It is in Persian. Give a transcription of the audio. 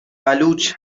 بلوچ